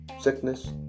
sickness